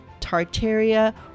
Tartaria